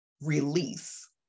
release